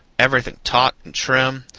everything taut and trim,